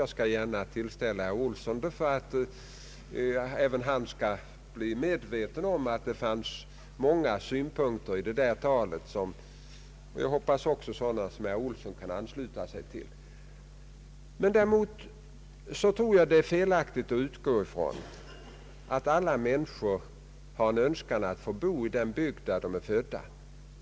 Jag skall gärna tillställa herr Olsson talet för att även han skall bli medveten om att det fanns många synpunkter i talet som också herr Olsson och likasinnade kan ansluta sig till. Däremot tror jag det är felaktigt att utgå från att alla människor har en önskan att få bo kvar i den bygd där de är födda.